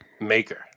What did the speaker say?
maker